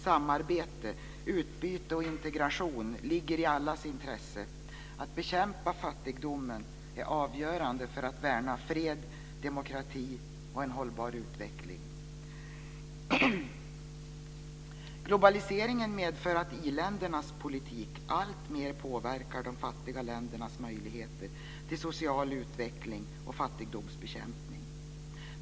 Samarbete, utbyte och integration ligger i allas intresse. Att bekämpa fattigdomen är avgörande för att värna fred, demokrati och en hållbar utveckling. Globaliseringen medför att i-ländernas politik alltmer påverkar de fattiga ländernas möjligheter till social utveckling och fattigdomsbekämpning.